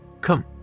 Come